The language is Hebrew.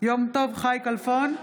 יום טוב חי כלפון,